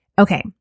Okay